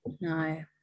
No